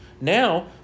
Now